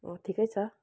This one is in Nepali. अँ ठिकै छ